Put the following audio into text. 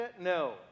No